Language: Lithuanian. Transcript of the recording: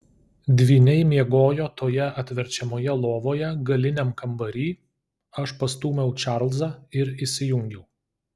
dvyniai miegojo toje atverčiamoje lovoje galiniam kambary aš pastūmiau čarlzą ir išsijungiau